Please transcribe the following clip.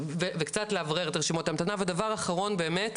וקצת לאוורר את רשימות ההמתנה ודבר אחרון באמת,